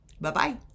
Bye-bye